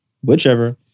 Whichever